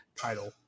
title